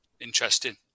Interesting